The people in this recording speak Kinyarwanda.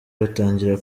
batangira